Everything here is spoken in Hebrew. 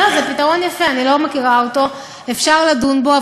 זה פתרון יפה, אני לא מכירה אותו, אפשר לדון בו.